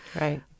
right